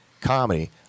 comedy